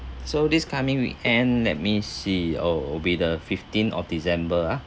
so this coming weekend let me see oh will be the fifteenth of december ah